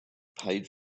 paid